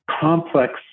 complex